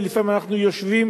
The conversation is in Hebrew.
ולפעמים אנחנו יושבים